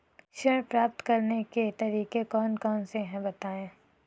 ऋण प्राप्त करने के तरीके कौन कौन से हैं बताएँ?